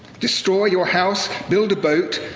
destroy your house, build a boat,